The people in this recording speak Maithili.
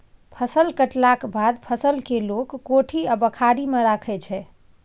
फसल कटलाक बाद फसल केँ लोक कोठी आ बखारी मे राखै छै